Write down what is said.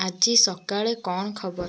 ଆଜି ସକାଳେ କ'ଣ ଖବର